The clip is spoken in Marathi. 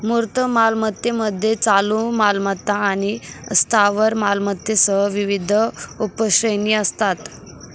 मूर्त मालमत्तेमध्ये चालू मालमत्ता आणि स्थावर मालमत्तेसह विविध उपश्रेणी असतात